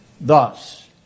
Thus